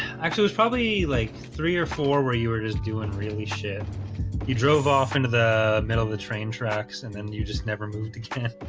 actually was probably like three or four where you were just doing really shit you drove off into the middle of the train tracks and then you just never moved again